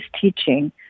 teaching